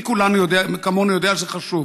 מי כמונו יודע שזה חשוב,